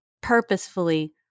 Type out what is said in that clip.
purposefully